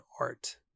art